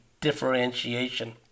differentiation